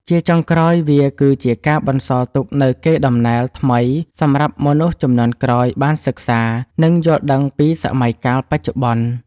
ជាចុងក្រោយ វាគឺជាការបន្សល់ទុកនូវកេរដំណែលថ្មីសម្រាប់មនុស្សជំនាន់ក្រោយបានសិក្សា និងយល់ដឹងពីសម័យកាលបច្ចុប្បន្ន។